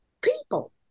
people